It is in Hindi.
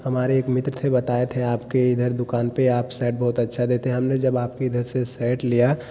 हमारे एक मित्र थे बताए थे आपके इधर दुकान पर आप शर्ट बहुत अच्छा देते हैं हमनें जब आपके इधर से शर्ट लिया